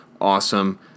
awesome